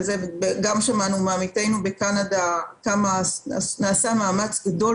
שמענו גם מעמיתנו בקנדה שנעשה מאמץ גדול